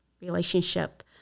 relationship